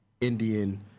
Indian